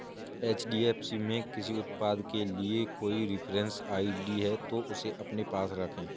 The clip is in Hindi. एच.डी.एफ.सी में किसी उत्पाद के लिए कोई रेफरेंस आई.डी है, तो उसे अपने पास रखें